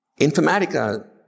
Informatica